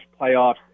playoffs